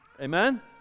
Amen